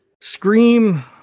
Scream